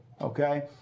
Okay